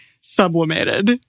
sublimated